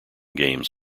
games